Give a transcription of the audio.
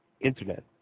Internet